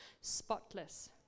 spotless